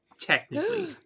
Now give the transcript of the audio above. Technically